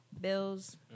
bills